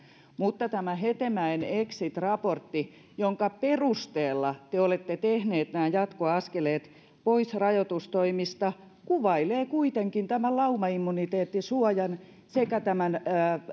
mutta tämä hetemäen exit raportti jonka perusteella te olette tehneet nämä jatkoaskeleet pois rajoitustoimista kuvailee kuitenkin laumaimmuniteettisuojan sekä